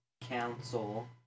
Council